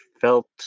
felt